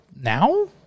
now